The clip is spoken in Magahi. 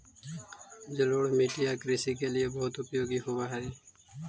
जलोढ़ मिट्टी या कृषि के लिए बहुत उपयोगी होवअ हई